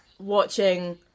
Watching